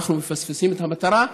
אנחנו מפספסים את המטרה,